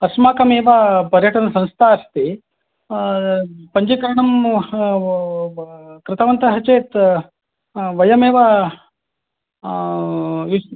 अस्माकमेव पर्यटनसंस्था अस्ति पञ्चीकरणं कृतवन्तः चेत् वयमेव